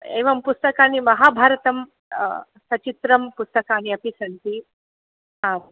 एवं पुस्तकानि महाभारतं सचित्रं पुस्तकानि अपि सन्ति हा